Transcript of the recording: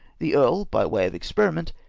the earl, by way of experiment,